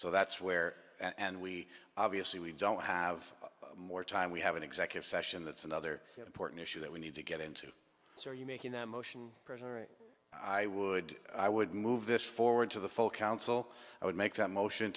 so that's where and we obviously we don't have more time we have an executive session that's another important issue that we need to get into this are you making that motion i would i would move this forward to the full council i would make that motion